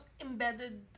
embedded